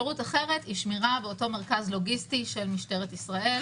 אפשרות אחרת היא שמירה באותו מרכז לוגיסטי של משטרת ישראל.